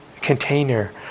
container